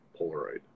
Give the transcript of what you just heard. Polaroid